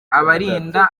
abarinda